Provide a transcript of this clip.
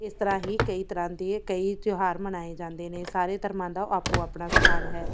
ਇਸ ਤਰ੍ਹਾਂ ਹੀ ਕਈ ਤਰ੍ਹਾਂ ਦੇ ਕਈ ਤਿਉਹਾਰ ਮਨਾਏ ਜਾਂਦੇ ਨੇ ਸਾਰੇ ਧਰਮਾਂ ਦਾ ਆਪੋ ਆਪਣਾ ਸਥਾਨ ਹੈ